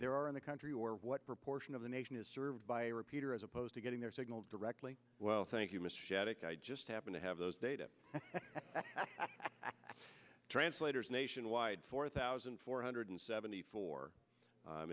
there are in the country or what proportion of the nation is served by a repeater as opposed to getting their signal directly well thank you mr shafiq i just happen to have those data translators nationwide four thousand four hundred seventy four